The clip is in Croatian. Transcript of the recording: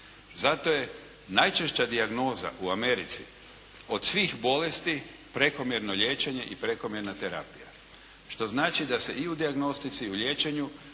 Zato je najčešća dijagnoza u Americi od svih bolesti prekomjerno liječenje i prekomjerna terapija. Što znači da se i u dijagnostici i u liječenju